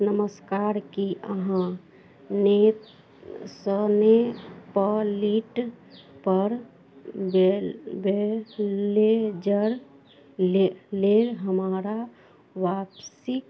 नमस्कार की अहाँ ने सने पलिटपर बे ब्लेजर लेल हमारा वापसीके